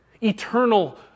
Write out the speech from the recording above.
Eternal